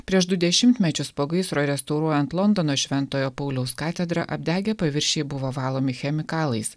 prieš du dešimtmečius po gaisro restauruojant londono šventojo pauliaus katedrą apdegę paviršiai buvo valomi chemikalais